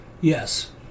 Yes